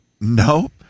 No